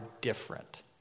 different